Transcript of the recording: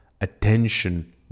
attention